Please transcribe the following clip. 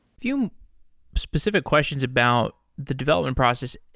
few specific questions about the development process.